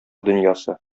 дөньясы